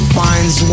finds